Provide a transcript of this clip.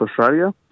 Australia